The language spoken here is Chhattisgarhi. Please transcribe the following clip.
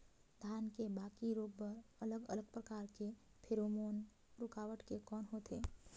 धान के बाकी रोग बर अलग अलग प्रकार के फेरोमोन रूकावट के कौन होथे?